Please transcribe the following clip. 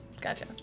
Gotcha